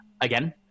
Again